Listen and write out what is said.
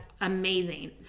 amazing